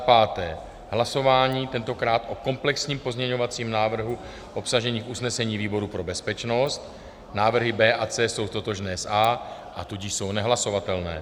Za páté hlasování tentokrát o komplexním pozměňovacím návrhu obsaženém v usnesení výboru pro bezpečnost návrhy B a C jsou totožné s A, a tudíž jsou nehlasovatelné.